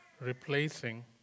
replacing